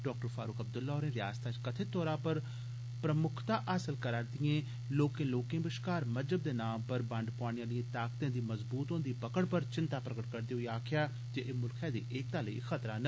डा फारूक अब्दुल्ला होरें सियासत च कथित तौरा पर प्रमुक्खता हासल करै दियें लोकें लोकें बश्कार महजब दे नां पर बंड पोआने आलियें ताकतें दी मजबूत होदी पकड़ पर चिंता प्रगट करदे होई आक्खेआ जे मुल्खै दी एकता लेई खतरा न